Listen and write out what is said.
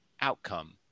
outcome